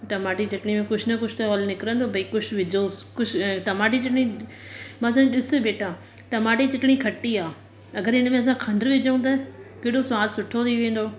टमाटे जी चटनी में कुछ न कुछ त हल निकरंदो भई कुछ विझोसि कुछ टमाटे जी चटनी मां चई ॾिसि बेटा टमाटे जी चटनी खटी आ अगरि हिन में असां खंड्र विझऊं त केड़ो स्वाद सुठो थी वेंदो